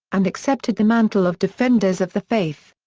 and accepted the mantle of defenders of the faith.